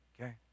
okay